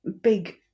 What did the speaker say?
big